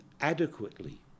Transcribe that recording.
adequately